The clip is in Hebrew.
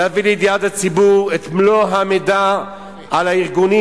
להביא לידיעת הציבור את מלוא המידע על הארגונים